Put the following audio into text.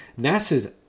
NASA's